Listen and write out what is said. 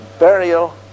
burial